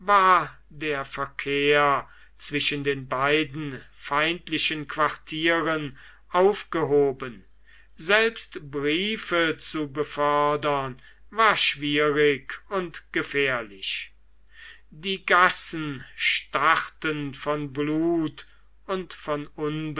der verkehr zwischen den beiden feindlichen quartieren aufgehoben selbst briefe zu befördern war schwierig und gefährlich die gassen starrten von blut und von